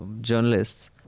journalists